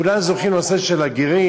כולנו זוכרים את הנושא של הגרים.